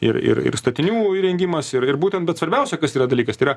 ir ir ir statinių įrengimas ir ir būtent bet svarbiausia kas yra dalykastai yra